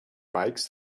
bikes